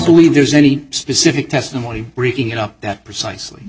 believe there's any specific testimony breaking it up that precisely